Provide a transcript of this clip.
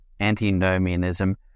Antinomianism